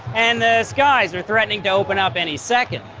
and the skies are threatening to open up any second.